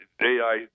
AI